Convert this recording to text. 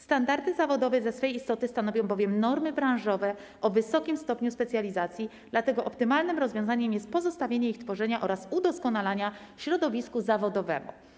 Standardy zawodowe ze swej istoty stanowią bowiem normy branżowe o wysokim stopniu specjalizacji, dlatego optymalnym rozwiązaniem jest pozostawienie ich tworzenia oraz udoskonalania środowisku zawodowemu.